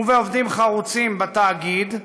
ובעובדים חרוצים בתאגיד,